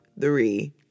three